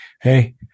Hey